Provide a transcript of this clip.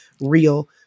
real